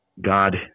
God